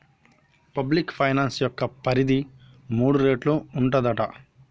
public finance యొక్క పరిధి మూడు రేట్లు ఉంటదట